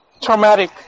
traumatic